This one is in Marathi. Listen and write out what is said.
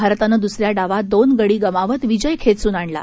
भारतानं दुसऱ्या डावात दोन गडी गमावत विजय खेचून आणला